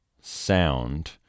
sound